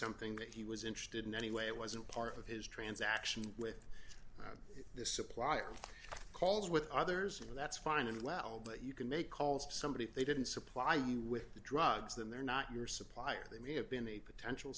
something that he was interested in anyway it wasn't part of his transaction with the supplier calls with others and that's fine and well but you can make calls to somebody if they didn't supply you with the drugs that they're not your supplier they may have been a potential